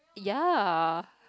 ya